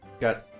Got